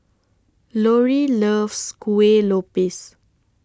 Loree loves Kueh Lopes